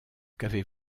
qu’avez